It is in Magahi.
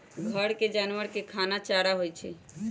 घर के जानवर के खाना चारा होई छई